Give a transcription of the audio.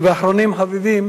ואחרונים חביבים